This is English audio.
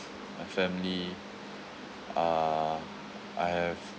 my family uh I have